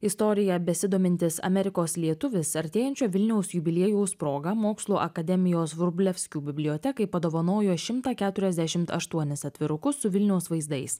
istorija besidomintis amerikos lietuvis artėjančio vilniaus jubiliejaus proga mokslų akademijos vrublevskių bibliotekai padovanojo šimtą keturiasdešimt aštuonis atvirukus su vilniaus vaizdais